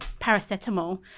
paracetamol